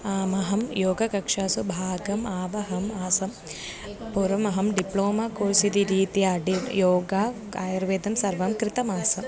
अहं योगकक्षासु भागम् आवहम् आसम् पूर्वमहं डिप्लोमा कोर्स् इति रीत्या डेट् योगः आयुर्वेदं सर्वं कृतमासम्